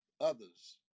others